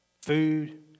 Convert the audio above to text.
Food